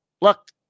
look